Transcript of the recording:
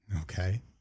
Okay